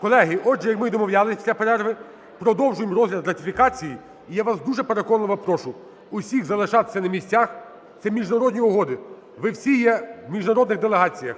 Колеги, отже, ми, як і домовлялись, після перерви продовжуємо розгляд ратифікацій. І я вас дуже переконливо прошу усіх залишатися на місцях, це міжнародні угоди, ви всі є в міжнародних делегаціях.